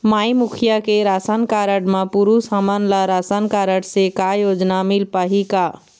माई मुखिया के ration card म पुरुष हमन ला रासनकारड से का योजना मिल पाही का?